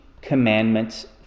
commandments